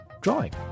drawing